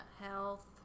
health